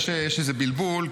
יש איזה בלבול,